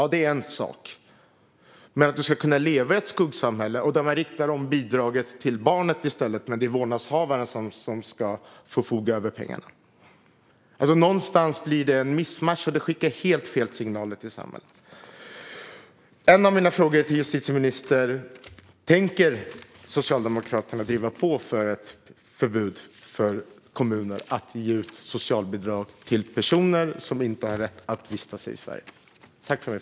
Men det är en annan sak att man ska kunna leva i ett skuggsamhälle, där bidragen riktas till barnen men där det är vårdnadshavaren som förfogar över pengarna. Det blir ett mischmasch och skickar helt fel signaler till samhället. En av mina frågor till justitieministern är: Tänker Socialdemokraterna driva på för ett förbud för kommuner att ge socialbidrag till personer som inte har rätt att vistas i Sverige?